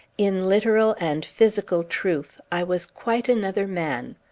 in literal and physical truth, i was quite another man.